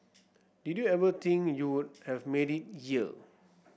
did you ever think you would have made it year